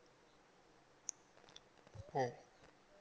oh